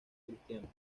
cristianos